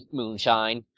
moonshine